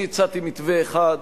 אני הצעתי מתווה אחד,